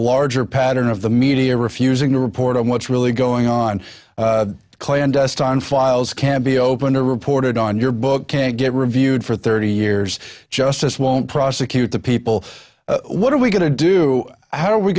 larger pattern of the media refusing to report on what's really going on clandestine files can be opened or reported on your book can't get reviewed for thirty years justice won't prosecute the people what are we going to do how are we